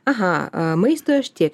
aha maistui aš tiek